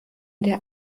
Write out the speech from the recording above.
der